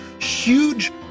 huge